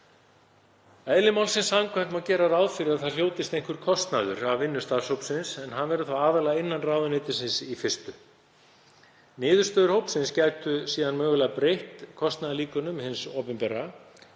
Eðli málsins samkvæmt má gera ráð fyrir að það hljótist einhver kostnaður af vinnu starfshópsins en hann verður þá aðallega innan ráðuneytisins í fyrstu. Niðurstöður hópsins gætu síðan mögulega breytt kostnaðarlíkönum hins opinbera.